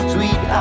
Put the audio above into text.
Sweet